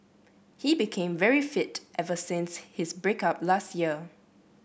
he became very fit ever since his break up last year